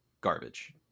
garbage